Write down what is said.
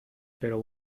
pero